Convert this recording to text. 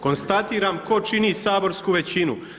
Konstatiram tko čini saborsku većinu.